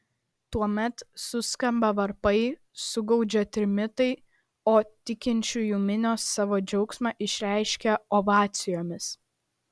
tuomet suskamba varpai sugaudžia trimitai o tikinčiųjų minios savo džiaugsmą išreiškia ovacijomis